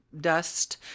dust